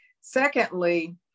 Secondly